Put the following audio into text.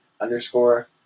underscore